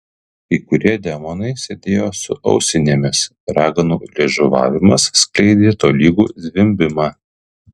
kai kurie demonai sėdėjo su ausinėmis raganų liežuvavimas skleidė tolygų zvimbimą